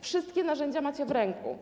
Wszystkie narzędzia macie w ręku.